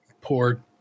Poor